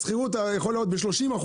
השכירות הרי יכול לעלות ב-30%.